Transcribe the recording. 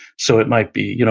so it might be you know